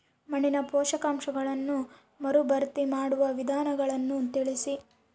ಮಣ್ಣಿನ ಪೋಷಕಾಂಶಗಳನ್ನು ಮರುಭರ್ತಿ ಮಾಡುವ ವಿಧಾನಗಳನ್ನು ತಿಳಿಸಿ?